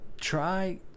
try